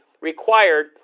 required